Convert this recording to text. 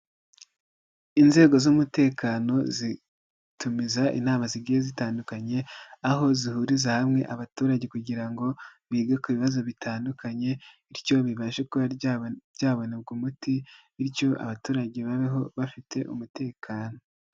Inzego z'umutekano zitumiza inama zigiye zitandukanye, aho zihuriza hamwe abaturage kugira ngo bige ku bibazo bitandukanye bityo bibashe kuba byabonega umuti bityo abaturage babeho bafite umutekano.